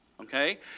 Okay